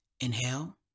Inhale